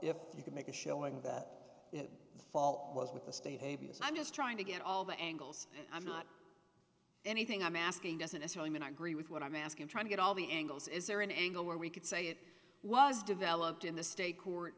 if you can make a showing that it was with the state i'm just trying to get all the angles i'm not anything i'm asking doesn't this really mean i agree with what i'm asking trying to get all the angles is there an angle where we could say it was developed in the state court